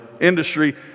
industry